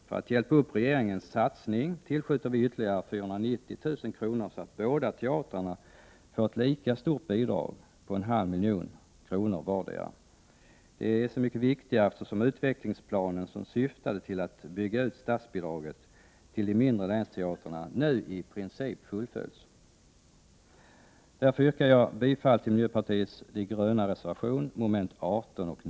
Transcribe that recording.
För att stödja regeringens satsningar föreslår vi ett tillskott om ytterligare 490 000 kr. , så att båda teatrarna får lika stora bidrag — en halv miljon vardera. Det här är särskilt viktigt nu när utvecklingsplanen, som syftade till att statsbidraget skulle utökas när det gäller de mindre länsteatrarna, i princip har fullföljts. Därför yrkar jag bifall till miljöpartiets reservation 15.